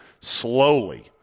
slowly –